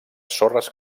sorres